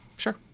Sure